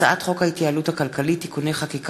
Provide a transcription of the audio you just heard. הצעת חוק ההתייעלות הכלכלית (תיקוני חקיקה